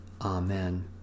Amen